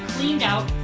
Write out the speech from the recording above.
cleaned-out